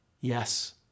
Yes